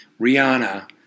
Rihanna